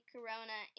Corona